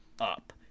up